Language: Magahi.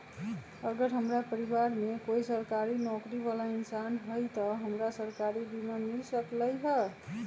अगर हमरा परिवार में कोई सरकारी नौकरी बाला इंसान हई त हमरा सरकारी बीमा मिल सकलई ह?